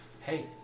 Hey